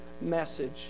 message